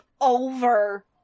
over